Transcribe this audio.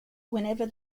whenever